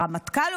הרמטכ"ל,